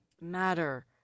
matter